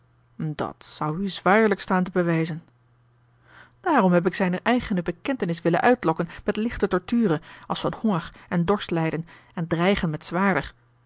dat zou u zwaarlijk staan te bewijzen daarom heb ik zijne eigene bekentenis willen uitlokken met lichte torture als van honger en dorstlijden en dreigen met zwaarder